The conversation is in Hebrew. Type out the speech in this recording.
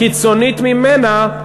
קיצונית ממנה,